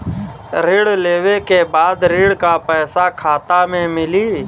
ऋण लेवे के बाद ऋण का पैसा खाता में मिली?